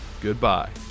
Goodbye